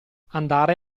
andare